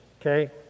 okay